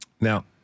Now